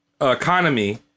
economy